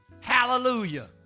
Hallelujah